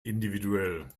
individuell